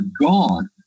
gone